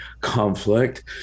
conflict